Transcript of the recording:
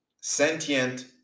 Sentient